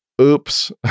oops